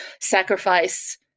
sacrifice